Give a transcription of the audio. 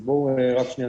אני לא מצליח פה, רגע.